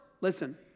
listen